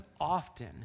often